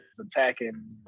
attacking